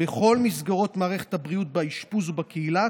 בכל מסגרות מערכת הבריאות באשפוז ובקהילה,